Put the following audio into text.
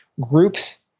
groups